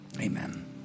Amen